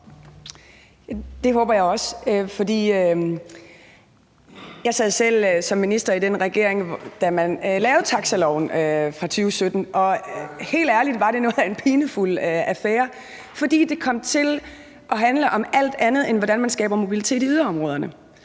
Det håber jeg også. Jeg sad selv som minister i den regering, da man lavede taxaloven i 2017, og helt ærligt var det noget af en pinefuld affære, fordi det kom til at handle om alt andet, end hvordan man skaber mobilitet i yderområderne.